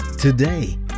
Today